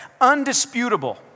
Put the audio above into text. Undisputable